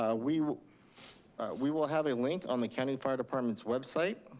ah we we will have a link on the county fire department's website,